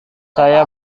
saya